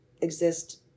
exist